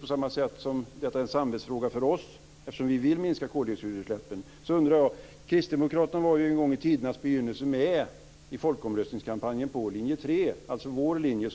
På samma sätt som detta är en samvetsfråga för oss eftersom vi vill minska koldioxidutsläppen undrar jag följande. Kristdemokraterna var en gång i tidernas begynnelse med i folkomröstningskampanjen på Linje 3, dvs. vår linje.